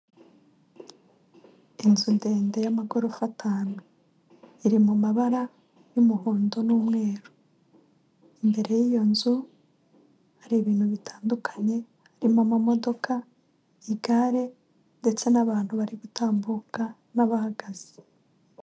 Inzu ndende y'amagorofa atanu, iri mu mabara y'umuhondo n'umweru, imbere y'iyo nzu hari ibintu bitandukanye harimo amamodoka, igare ndetse n'abantu bari gutambuka n'abahagaze.